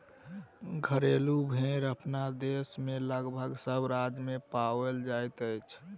घरेलू भेंड़ अपना देश मे लगभग सभ राज्य मे पाओल जाइत अछि